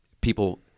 people